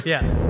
Yes